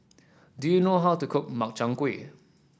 do you know how to cook Makchang Gui